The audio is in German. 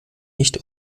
nicht